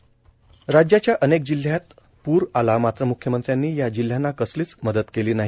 महाराष्ट्राच्या अनेक जिल्ह्यात पूर आला मात्र म्ख्यमंत्र्यांनी या जिल्ह्यांना कसलीच मदत केली नाही